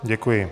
Děkuji.